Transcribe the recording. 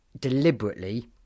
deliberately